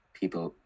people